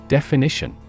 Definition